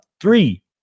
three